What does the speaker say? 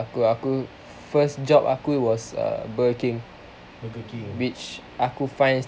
aku first job aku was uh burger king which aku finds